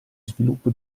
sviluppo